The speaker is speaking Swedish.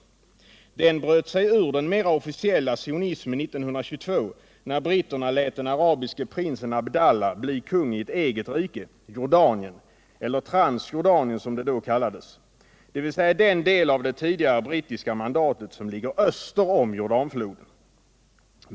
Den grenen bröt sig ur den mera officiella sionismen 1922 när britterna lät den arabiske prinsen Abdullah bli kung i ett eget rike — Jordanien, eller Transjordanien som det då kallades, dvs. den del av det tidigare brittiska mandatet som ligger öster om Jordanfloden.